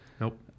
nope